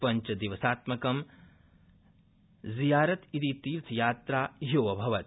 पञ्चदिवसात्मकं ज़ियारत इति तीर्थयात्रा छोऽभवत्